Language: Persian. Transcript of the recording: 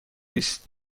است